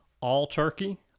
all-turkey